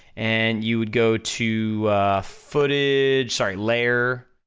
and you would go to footage, sorry layer,